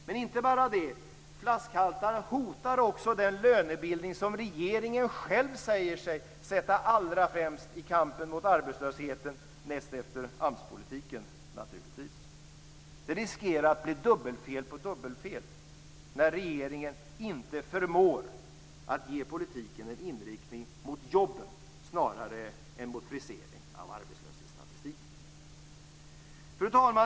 Men det är också så att flashalsarna hotar den lönebildning som regeringen själv säger sig sätta allra främst i kampen mot arbetslösheten, naturligtvis näst efter AMS-politiken. Det riskerar att bli dubbelfel på dubbelfel när regeringen inte förmår att ge politiken en inriktning mot jobben snarare än mot frisering av arbetslöshetsstatistiken. Fru talman!